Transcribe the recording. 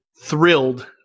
thrilled